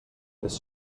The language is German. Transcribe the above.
bis